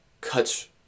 cuts